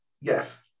Yes